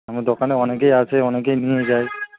আমার দোকানে অনেকেই আসে অনেকেই নিয়ে যায়